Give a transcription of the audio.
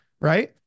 right